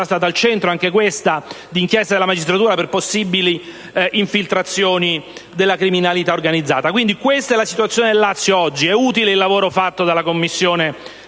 stata al centro anch'essa di inchieste della magistratura per possibili infiltrazioni della criminalità organizzata. Questa è oggi la situazione del Lazio. È utile il lavoro fatto dalla Commissione